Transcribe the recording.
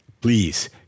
Please